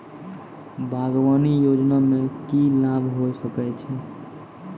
बागवानी योजना मे की लाभ होय सके छै?